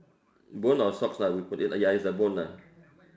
bone or socks lah ya it's a bone lah